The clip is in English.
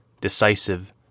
decisive